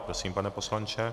Prosím, pane poslanče.